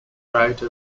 rate